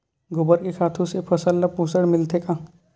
गोबर के खातु से फसल ल पोषण मिलथे का?